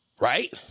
Right